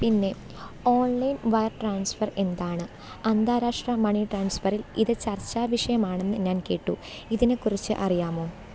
പിന്നെ online wire transfer എന്താണ് അന്താരാഷ്ട്ര മണി ട്രാൻസ്ഫറിൽ ഇത് ചർച്ചാവിഷയമാണെന്ന് ഞാൻ കേട്ടു ഇതിനെ കുറിച്ച് അറിയാമോ